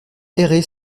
errer